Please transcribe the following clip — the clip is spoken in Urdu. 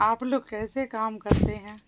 آپ لوگ کیسے کام کرتے ہیں